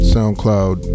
SoundCloud